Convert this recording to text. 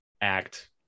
act